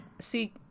see